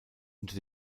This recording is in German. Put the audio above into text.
unter